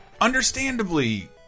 understandably